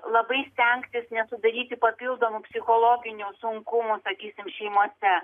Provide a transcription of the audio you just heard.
labai stengtis nesudaryti papildomų psichologinių sunkumų sakysim šeimose